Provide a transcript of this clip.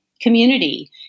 community